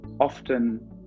often